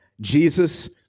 Jesus